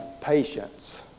patience